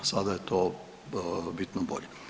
Sada je to bitno bolje.